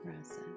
process